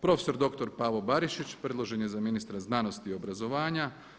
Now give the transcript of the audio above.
Prof.dr. Pavo Barišić predložen je za ministra znanosti i obrazovanja.